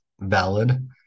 valid